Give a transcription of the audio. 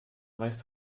weißt